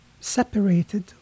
separated